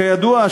כידוע,